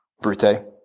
brute